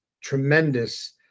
tremendous